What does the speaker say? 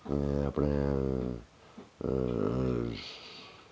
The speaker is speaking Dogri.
अपने